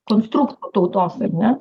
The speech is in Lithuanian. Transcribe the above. konstrukto tautos ar ne